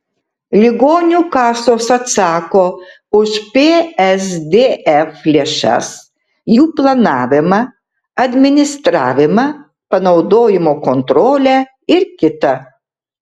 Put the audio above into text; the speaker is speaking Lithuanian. ligonių kasos atsako už psdf lėšas jų planavimą administravimą panaudojimo kontrolę ir kita